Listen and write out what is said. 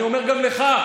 אני אומר גם לך,